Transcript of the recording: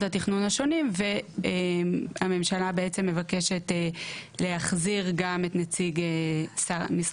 התכנון השונים והממשלה מבקשת להחזיר גם את נציג משרד